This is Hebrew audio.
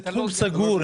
זה תחום סגור,